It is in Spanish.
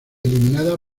eliminada